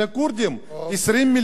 20 מיליון בעולם,